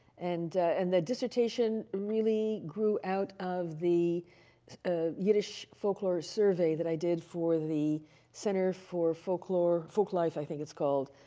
and and the dissertation really grew out of the yiddish folklore survey that i did for the center for folklore, folklife, i think it's called,